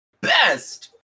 best